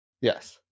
Yes